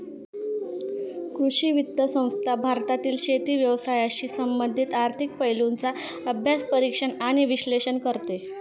कृषी वित्त संस्था भारतातील शेती व्यवसायाशी संबंधित आर्थिक पैलूंचा अभ्यास, परीक्षण आणि विश्लेषण करते